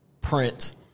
print